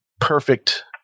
perfect